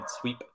sweep